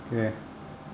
okay